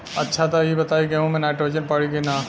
अच्छा त ई बताईं गेहूँ मे नाइट्रोजन पड़ी कि ना?